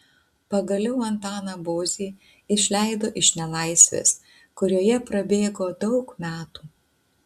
pagaliau antaną bozį išleido iš nelaisvės kurioje prabėgo daug metų